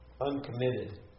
uncommitted